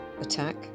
attack